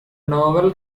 novel